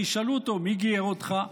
כי ישאלו אותו: מי גייר אותך?,